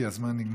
כי הזמן נגמר.